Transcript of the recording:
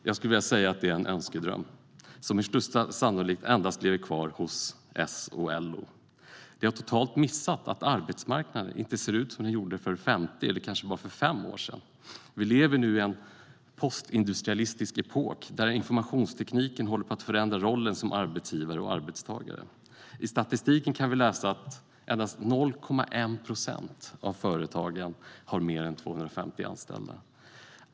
Jag skulle vilja säga att det är en önskedröm som med största sannolikhet endast lever kvar hos S och LO. De har totalt missat att arbetsmarknaden inte ser ut som den gjorde för femtio, eller kanske bara för fem, år sedan. Vi lever nu i en postindustrialistisk epok där informationstekniken håller på att förändra rollerna som arbetsgivare och arbetstagare. I statistiken kan vi läsa att endast 0,1 procent av företagen har fler än 250 anställda.